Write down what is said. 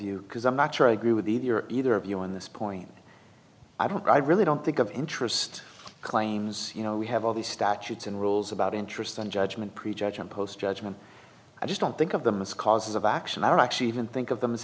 you because i'm not sure i agree with the either of you on this point i don't i really don't think of interest claims you know we have all these statutes and rules about interest and judgment prejudging post judgment i just don't think of them as causes of action are actually even think of them as